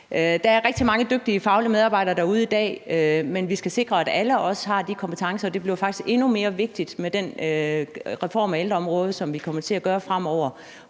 Der er rigtig mange dygtige faglige medarbejdere derude i dag, men vi skal sikre, at alle har de kompetencer, og det bliver faktisk endnu mere vigtigt med den reform af ældreområdet, som vi skal lave, hvor